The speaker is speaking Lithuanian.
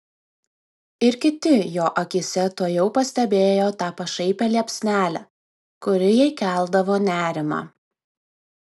ir kiti jo akyse tuojau pastebėjo tą pašaipią liepsnelę kuri jai keldavo nerimą